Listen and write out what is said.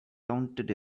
counted